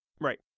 right